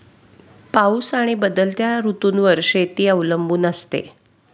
पाऊस आणि बदलत्या ऋतूंवर शेती अवलंबून असते